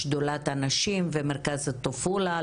שדולת הנשים ומרכז אוטופולה,